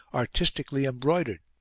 artistically embroidered.